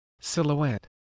silhouette